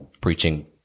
preaching